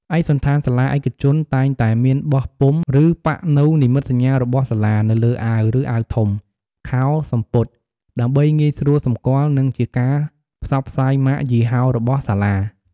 ឯកសណ្ឋានសាលាឯកជនតែងតែមានបោះពុម្ព ឬប៉ាក់នូវ និមិត្តសញ្ញា របស់សាលា នៅលើអាវ ឬអាវធំ ខោ/សំពត់ ដើម្បីងាយស្រួលសម្គាល់ និងជាការផ្សព្វផ្សាយម៉ាកយីហោរបស់សាលា។